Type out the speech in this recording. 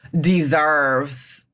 deserves